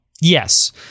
Yes